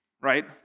right